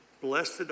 Blessed